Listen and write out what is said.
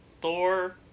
Thor